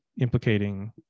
implicating